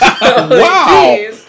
Wow